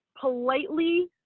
politely